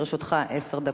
לרשותך עשר דקות.